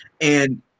And-